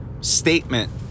statement